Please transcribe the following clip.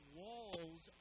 walls